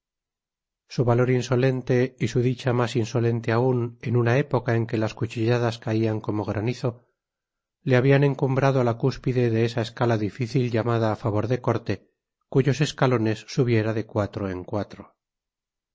su valor insolente y su dicha mas insolente aun en una época en que las cuchilladas caian como granizo le habian encumbrado á la cúspide de esa escala dificil llamada favor de corte cuyos escalones subiera de cuatro en cuatro